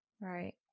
Right